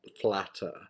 flatter